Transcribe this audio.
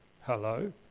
hello